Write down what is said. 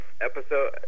Episode